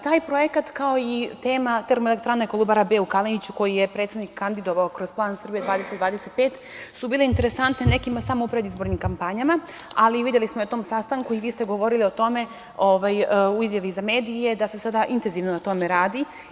Taj projekat, kao i tema Termoelektrane „Kolubara B“ u Kaleniću, koju je predsednik kandidovao kroz plan Srbija 2025, bili su interesantni nekima samo u predizbornim kampanjama, ali videli smo na tom sastanku, i vi ste govorili o tome u izjavi za medije, da se sada intenzivno na tome radi.